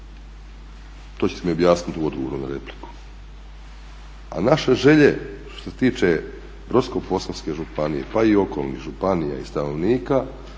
To ćete mi objasniti u odgovoru na repliku. A naše želje što se tiče Brodsko-posavske županije pa i okolnih županija i stanovnika